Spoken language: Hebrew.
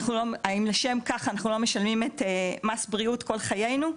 האם לשם כך אנחנו לא משלמים את מס הבריאות כל חיינו?